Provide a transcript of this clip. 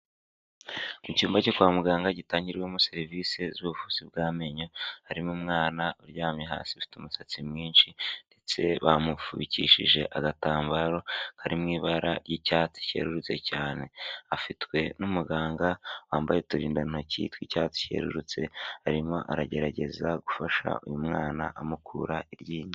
Mu cyumba cyo kwa muganga gitangirwamo serivisi z'ubuvuzi bw'amenyo, harimo umwana uryamye hasi ufite umusatsi mwinshi ndetse bamufubikishije agatambaro kari mu ibara ry'icyatsi cyerurutse cyane, afitwe n'umuganga wambaye uturindantoki tw'icyatsi cyerurutse, arimo aragerageza gufasha uyu mwana amukura iryinyo.